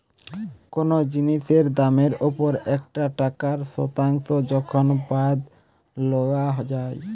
কোনো জিনিসের দামের ওপর একটা টাকার শতাংশ যখন বাদ লওয়া যাই